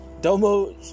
domo